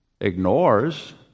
ignores